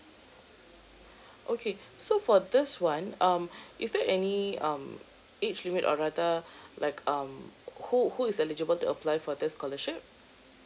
okay so for this one um is there any um age limit or rather like um who who is eligible to apply for this scholarship